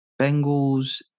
Bengals